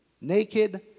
naked